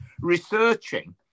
researching